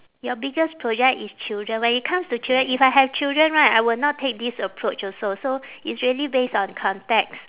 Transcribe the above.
your biggest project is children when it comes to children if I have children right I will not take this approach also so it's really based on context